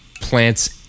plants